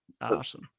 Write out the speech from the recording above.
awesome